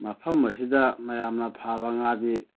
ꯃꯐꯝ ꯑꯁꯤꯗ ꯃꯌꯥꯝꯅ ꯐꯥꯕ ꯉꯥꯗꯤ